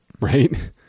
right